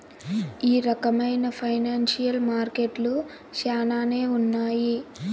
ఈ రకమైన ఫైనాన్సియల్ మార్కెట్లు శ్యానానే ఉన్నాయి